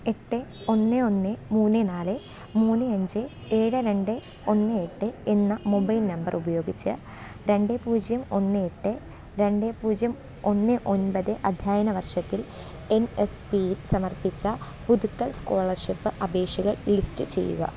എട്ട് ഒന്ന് ഒന്ന് മൂന്ന് നാല് മൂന്ന് അഞ്ച് ഏഴ് രണ്ട് ഒന്ന് എട്ട് എന്ന മൊബൈൽ നമ്പർ ഉപയോഗിച്ച് രണ്ട് പൂജ്യം ഒന്ന് എട്ട് രണ്ട് പൂജ്യം ഒന്ന് ഒൻപത് അധ്യയന വർഷത്തിൽ എൻ എസ് പിയിൽ സമർപ്പിച്ച പുതുക്കൽ സ്കോളർഷിപ്പ് അപേക്ഷകൾ ലിസ്റ്റ് ചെയ്യുക